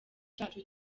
cyacu